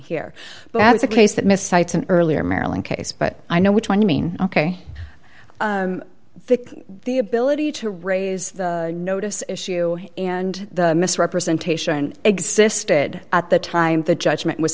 an earlier maryland case but i know which one you mean ok the ability to raise the notice issue and the misrepresentation existed at the time the judgment was